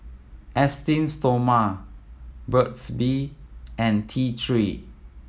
Esteem Stoma Burt's Bee and T Three